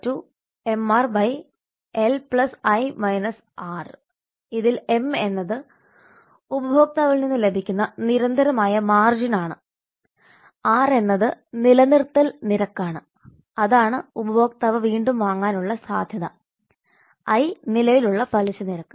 CLV mr1i r ഇതിൽ m എന്നത് ഉപഭോക്താവിൽ നിന്ന് ലഭിക്കുന്ന നിരന്തരമായ മാർജിൻ ആണ് r എന്നത് നിലനിർത്തൽ നിരക്കാണ് അതാണ് ഉപഭോക്താവ് വീണ്ടും വാങ്ങാനുള്ള സാധ്യത i നിലവിലുള്ള പലിശ നിരക്ക്